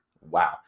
Wow